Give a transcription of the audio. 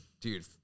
Dude